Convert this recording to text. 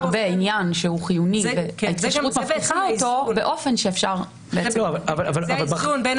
שמדובר בעניין חיוני וההתקשרות באופן שאפשר --- זה האיזון בין